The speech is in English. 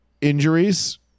Injuries